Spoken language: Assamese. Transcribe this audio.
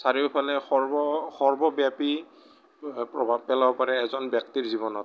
চাৰিওফালে সৰ্ব সৰ্বব্যাপি প্ৰভাৱ পেলাব পাৰে এজন ব্যক্তিৰ জীৱনত